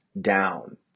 down